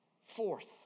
Fourth